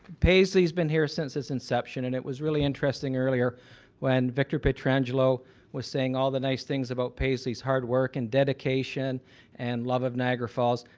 paisley's been here since it's inception, and it was really interesting earlier when victor petriangelo was saying all the nice things about paisley's hard work and dedication and love of niagara falls,